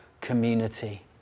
community